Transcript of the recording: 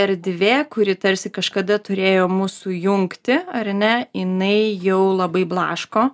erdvė kuri tarsi kažkada turėjo mus sujungti ar ne jinai jau labai blaško